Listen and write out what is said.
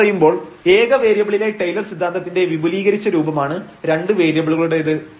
പൊതുവിൽ പറയുമ്പോൾ ഏക വേരിയബിളിലെ ടൈലർ സിദ്ധാന്തത്തിന്റെ വിപുലീകരിച്ച രൂപമാണ് 2 വേരിയബിളുകളുടേത്